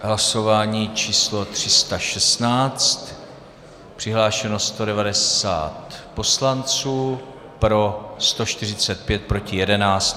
Hlasování číslo 316, přihlášeno 190 poslanců, pro 145, proti 11.